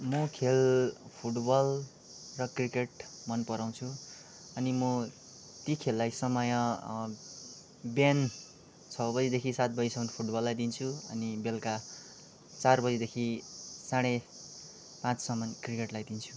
मो खेल फुटबल र क्रिकेट मन पराउँछु अनि म ती खेललाई समय बिहान छ बजेदेखि सात बजेसम्म फुटबललाई दिन्छु अनि बेल्का चार बजेदेखि साढे पाँचसम्म क्रिकेटलाई दिन्छु